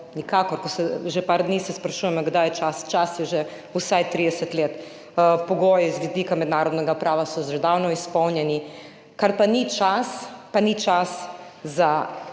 nikakor pa se, že par dni se sprašujemo, kdaj je čas, čas je že vsaj 30 let, pogoji z vidika mednarodnega prava so že davno izpolnjeni, kar pa ni čas, pa ni čas za